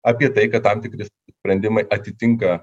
apie tai kad tam tikri sprendimai atitinka